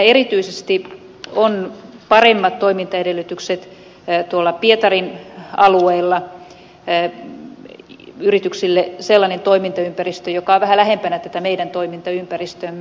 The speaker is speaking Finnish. erityisesti meillä on yrityksille paremmat toimintaedellytykset pietarin alueella sellainen toimintaympäristö joka on vähän lähempänä tätä meidän toimintaympäristöämme